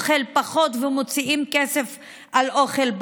פחות אוכל ומוציאים פחות כסף על אוכל,